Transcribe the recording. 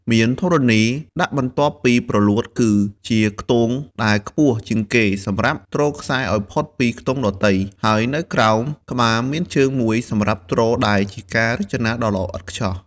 មានធរណី ដាក់បន្ទាប់ពីព្រលួត គឺជាខ្ទង់ដែលខ្ពស់ជាងគេសម្រាប់ទ្រខ្សែឱ្យផុតពីខ្ទង់ដទៃ ហើយនៅក្រោម ក្បាលមានជើងមួយសម្រាប់ទ្រដែលជាការរចនាដ៏ល្អឥតខ្ចោះ។